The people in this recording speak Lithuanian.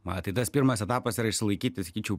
tas pirmas etapas yra išsilaikyti sakyčiau